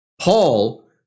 Paul